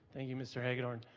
thank you mr. hagedorn.